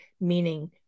meaning